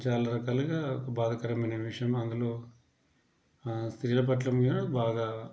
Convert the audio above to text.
చాలా రకాలుగా బాధాకరమైన విషయం అందులో స్త్రీలపట్ల మీద బాగా